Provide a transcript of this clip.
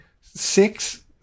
six